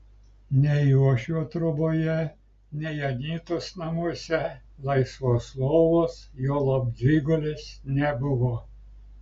nei uošvio troboje nei anytos namuose laisvos lovos juolab dvigulės nebuvo